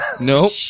Nope